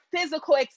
physical